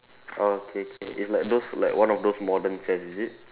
oh okay okay it's like those like one of those modern chairs is it